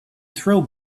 throw